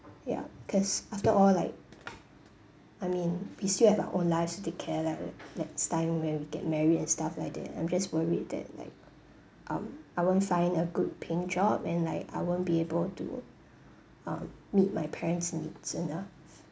yup cause after all like I mean we still have our own lives to take care like like like next time when we get married and stuff like that I'm just worried that like I w~ I won't find a good paying job and like I won't be able to um meet my parents needs enough